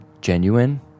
genuine